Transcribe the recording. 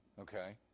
okay